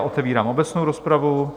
Otevírám obecnou rozpravu.